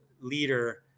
leader